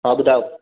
हा ॿुधायो